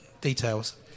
details